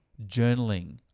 journaling